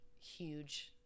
huge